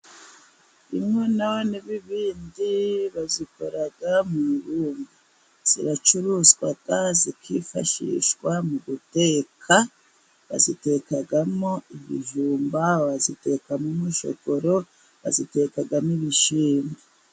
Inkono n'ibibindi bazikora mu ibumba ziracuruzwa zikifashishwa mu guteka, bazitekamo ibijumba, bazitekamo umushogoro, bazitekamo ibishyimbo.